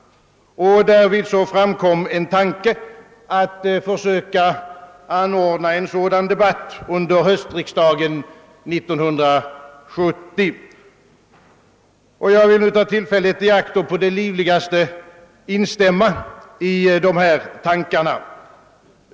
Därvid framkom en tanke att försöka anordna en sådan debatt under höstriksdagen 1970. Jag vill nu ta tillfället i akt att på det livligaste instämma i dessa tankar.